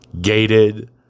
Gated